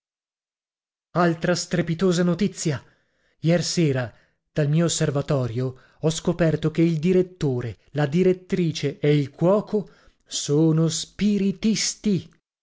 altra strepitosa notizia iersera dal mio osservatorio ho scoperto che il direttore la direttrice e il cuoco sono spiritisti